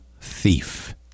thief